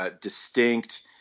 distinct